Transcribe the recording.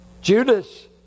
Judas